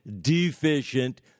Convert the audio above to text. deficient